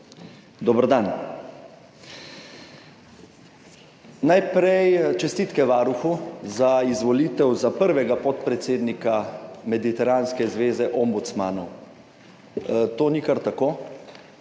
Dober dan! Najprej čestitke varuhu za izvolitev za prvega podpredsednika Mediteranske zveze ombudsmanov. To ni kar tako.